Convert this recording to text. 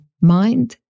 mind